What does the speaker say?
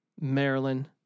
Maryland